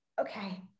okay